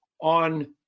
on